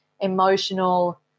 emotional